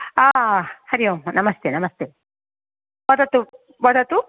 हरि ओं नमस्ते नमस्ते वदतु वदतु